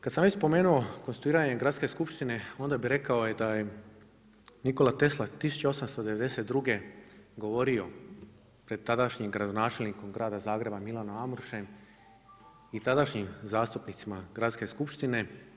Kada sam već spomenuo konstituiranje Gradske skupštine onda bih rekao da je Nikola Tesla 1892. govorio pred tadašnjim gradonačelnikom grada Zagreba Milanom Amrušem i tadašnjim zastupnicima gradske skupštine.